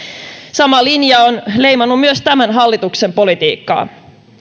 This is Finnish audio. sama linja on leimannut myös tämän hallituksen politiikkaa